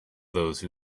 those